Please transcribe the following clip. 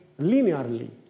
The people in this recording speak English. linearly